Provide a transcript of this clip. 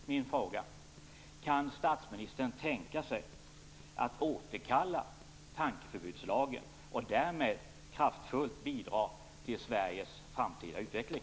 Min fråga är: Kan statsministern tänka sig att återkalla tankeförbudslagen och därmed kraftfullt bidra till Sveriges framtida utveckling?